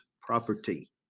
property